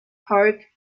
park